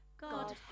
God